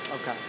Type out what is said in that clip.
Okay